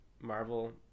Marvel